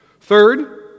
Third